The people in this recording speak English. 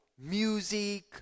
music